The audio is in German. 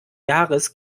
jahres